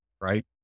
right